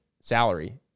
salary